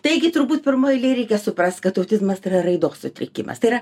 taigi turbūt pirmoj eilėj reikia suprast kad autizmas tai yra raidos sutrikimas tai yra